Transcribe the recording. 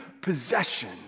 possession